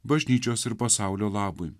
bažnyčios ir pasaulio labui